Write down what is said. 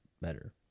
better